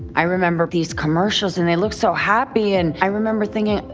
i remember these commercials and they looked so happy and i remember thinking,